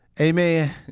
Amen